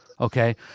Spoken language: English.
Okay